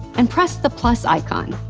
and press the plus icon.